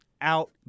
out